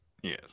Yes